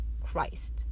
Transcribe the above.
Christ